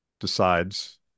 decides